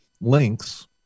Links